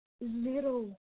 little